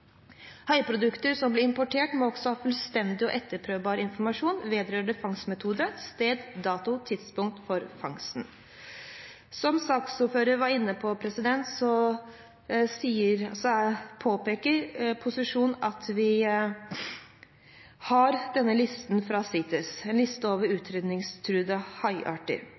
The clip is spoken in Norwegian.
Haiproduktene som blir importert, må også ha fullstendig og etterprøvbar informasjon vedrørende fangstmetode, sted, dato og tidspunkt for fangst. Som saksordføreren var inne på, peker posisjonen på CITES’ liste over utryddingstruede haiarter.